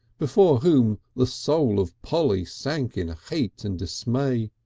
before whom the soul of polly sank in hate and dismay.